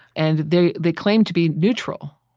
and they they claim to be neutral,